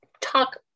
talk